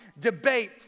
Debate